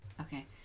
Okay